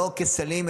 לא כסלים,